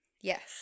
Yes